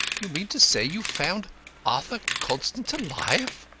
you mean to say you found arthur constant alive?